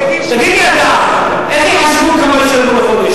תגיד לי אתה: איך יחשבו כמה ישלמו לו בחודש?